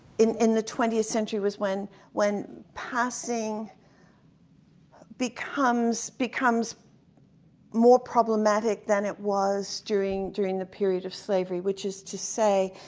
in in the twentieth century, was when when passing becomes becomes more problematic than it was during during the periods of slavery, which is to say,